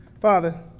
Father